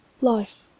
life